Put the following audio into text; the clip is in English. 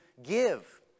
...give